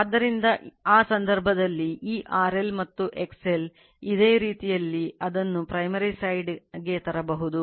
ಆದ್ದರಿಂದ ಆ ಸಂದರ್ಭದಲ್ಲಿ ಈ RL ಮತ್ತು XL ಇದೇ ರೀತಿಯಲ್ಲಿ ಅದನ್ನು primary side ಕ್ಕೆ ತರಬಹುದು